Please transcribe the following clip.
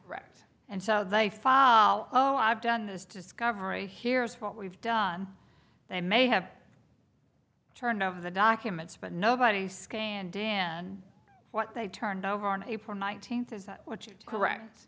wrecked and show they file oh i've done this discovery here's what we've done they may have turned over the documents but nobody scanned dan what they turned over and april nineteenth is that what you do correct